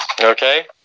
Okay